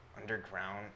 Underground